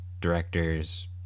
directors